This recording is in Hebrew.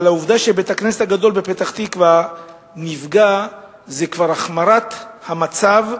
העובדה שבית-הכנסת הגדול בפתח-תקווה נפגע זה כבר החמרת המצב,